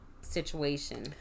situation